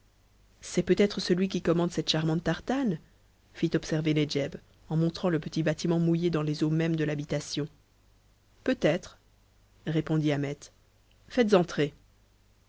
c'est peut-être celui qui commande cette charmante tartane fit observer nedjeb en montrant le petit bâtiment mouillé dans les eaux mêmes de l'habitation peut-être répondit ahmet faites entrer